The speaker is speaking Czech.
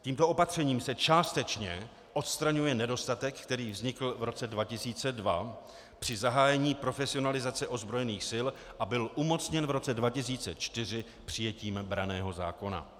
Tímto opatřením se částečně odstraňuje nedostatek, který vznikl v roce 2002 při zahájení profesionalizace ozbrojených sil a byl umocněn v roce 2004 přijetím branného zákona.